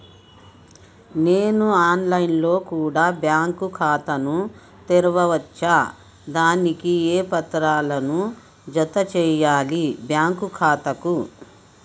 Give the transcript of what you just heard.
నేను online లో కూడా బ్యాంకు ఖాతా ను తెరవ వచ్చా? దానికి ఏ పత్రాలను జత చేయాలి బ్యాంకు ఖాతాకు?